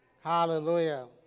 Hallelujah